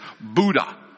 Buddha